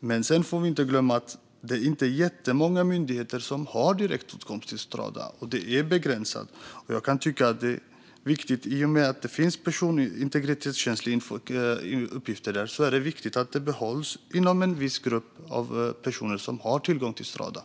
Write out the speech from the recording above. Men vi får inte heller glömma att det inte är jättemånga myndigheter som har direktåtkomst till Strada. Det är begränsat, och det tycker jag är viktigt. I och med att det finns integritetskänsliga uppgifter där är det viktigt att de behålls inom en viss grupp av personer som har tillgång till Strada.